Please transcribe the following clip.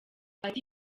ati